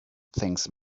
things